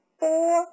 four